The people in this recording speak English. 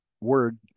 word